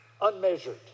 unmeasured